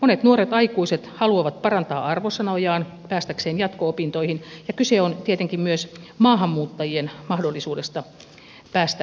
monet nuoret aikuiset haluavat parantaa arvosanojaan päästäkseen jatko opintoihin ja kyse on tietenkin myös maahanmuuttajien mahdollisuudesta päästä opiskelemaan